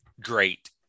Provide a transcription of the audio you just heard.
great